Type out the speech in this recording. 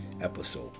episode